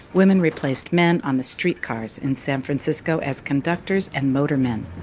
women replaced men on the streetcars in san francisco as conductors and motorman.